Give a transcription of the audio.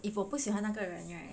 if 我不喜欢那个人